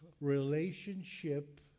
relationship